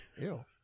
Ew